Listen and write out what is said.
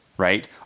right